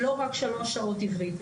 לא רק שלוש שעות עברית.